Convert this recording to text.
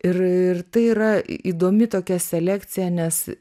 ir ir tai yra įdomi tokia selekcija nes